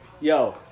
Yo